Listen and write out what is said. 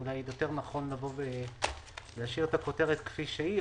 שאולי נכון יותר להשאיר את הכותרת כפי שהיא,